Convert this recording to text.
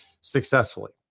successfully